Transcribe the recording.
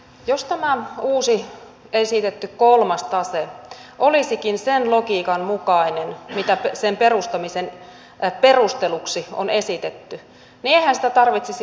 jos tämä uusi esitetty kolmas tase olisikin sen logiikan mukainen mitä sen perustamisen perusteluksi on esitetty niin eihän sitä tarvitsisi edes vastustaa